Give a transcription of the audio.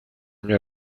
año